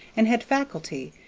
and had faculty,